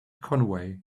conway